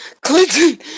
clinton